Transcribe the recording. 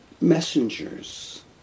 messengers